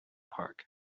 park